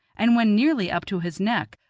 and when nearly up to his neck,